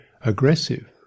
aggressive